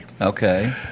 Okay